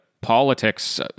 politics